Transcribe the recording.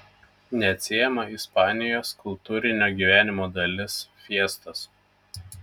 neatsiejama ispanijos kultūrinio gyvenimo dalis fiestos